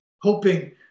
hoping